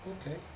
Okay